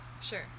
Sure